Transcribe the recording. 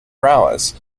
prowess